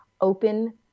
open